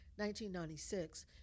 1996